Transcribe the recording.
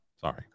sorry